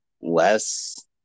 less